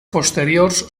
posteriors